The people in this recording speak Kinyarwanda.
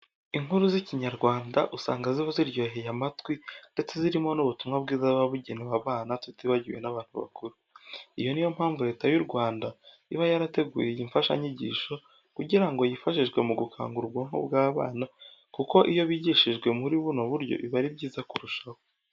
Inkuru z'Ikinyarwanda usanga ziba ziryoheye amatwi ndetse zirimo n'ubutumwa bwiza buba bugenewe abana tutibagiwe n'abantu bakuru. Iyo ni yo mpamvu Leta y'u Rwanda iba yarateguye iyi mfashanyigisho kugira ngo yifashishwe mu gukangura ubwonko by'abana kuko iyo bigishijwe muri buno buryo biba ari byiza kurushaho.